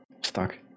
Stuck